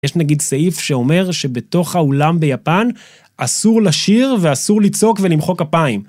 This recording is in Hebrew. יש נגיד סעיף שאומר שבתוך האולם ביפן אסור לשיר ואסור לצעוק ולמחוא כפיים.